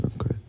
Okay